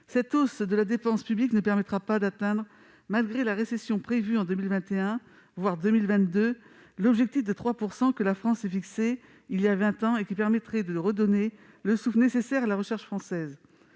cette hausse de la dépense publique ne permettra pas d'atteindre, malgré la récession prévue en 2021, voire 2022, l'objectif de 3 % que la France s'était fixé il y a vingt ans et qui permettrait de redonner le souffle nécessaire à la recherche française.